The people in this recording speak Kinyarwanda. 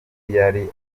yari